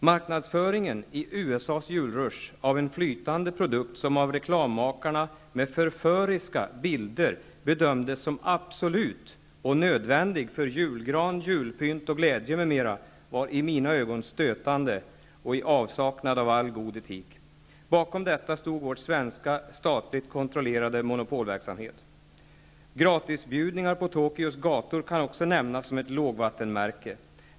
Marknadsföringen i USA:s julrusch av en flytande produkt, som av reklammakarna med förföriska bilder bedömdes som absolut och nödvändig för julgran, julpynt och glädje m.m., var i mina ögon stötande och i avsaknad av all god etik. Bakom detta stod vår svenska, statligt kontrollerade monopolverksamhet. Gratisbjudningar på Tokyos gator kan också nämnas som ett lågvattenmärke.